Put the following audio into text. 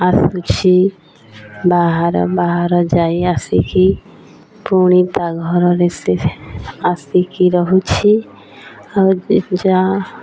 ଆସୁଛି ବାହାର ବାହାର ଯାଇ ଆସିକି ପୁଣି ତା' ଘରରେ ଆସିକି ରହୁଛି ଆଉ ଯା